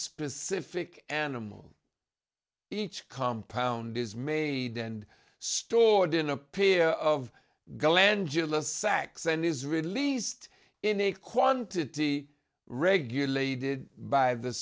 specific animal each compound is made and stored in a peer of glandular sacks and is released in a quantity regulated by the